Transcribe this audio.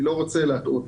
אני לא רוצה להטעות.